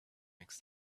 makes